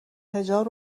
حجاب